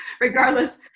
regardless